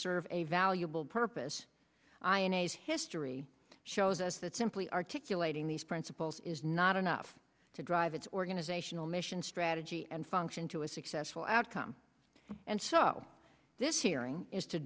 serve a valuable purpose i n a s history shows us that simply articulating these principles is not enough to drive its organizational mission strategy and function to a successful outcome and so this hearing is to